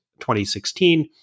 2016